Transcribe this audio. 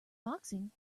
boxing